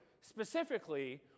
specifically